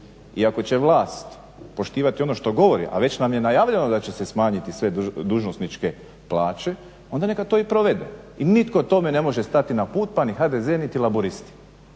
i ako će vlast poštivati ono što govori a već nam je najavljeno da će smanjiti sve dužnosničke plaće onda neke to i provede i nitko tome ne može stati na put pa ni HDZ pa ni Laburisti